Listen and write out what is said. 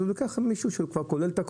אז הוא ייקח מישהו שכבר כולל את הכול.